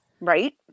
right